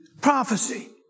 prophecy